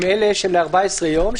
הן אלה ל-14 יום,